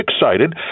excited